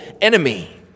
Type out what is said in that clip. enemy